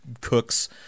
cooks